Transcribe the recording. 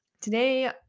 Today